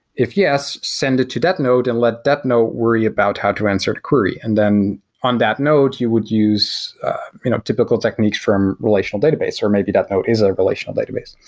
if yes, send it to that node and let that node worry about how to answer the query, and then on that node you would use typical techniques from relational database, or maybe that node is a relational database.